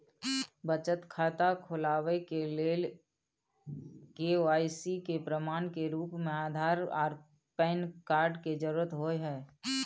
बचत खाता खोलाबय के लेल के.वाइ.सी के प्रमाण के रूप में आधार आर पैन कार्ड के जरुरत होय हय